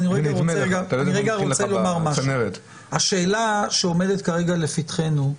רוצה לומר משהו: השאלה שעומדת כרגע לפתחנו,